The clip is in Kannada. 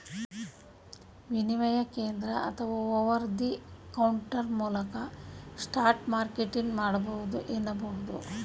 ವಿನಿಮಯ ಕೇಂದ್ರ ಅಥವಾ ಓವರ್ ದಿ ಕೌಂಟರ್ ಮೂಲಕ ಸ್ಪಾಟ್ ಮಾರ್ಕೆಟ್ ಮಾಡಬಹುದು ಎನ್ನುಬಹುದು